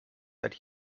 that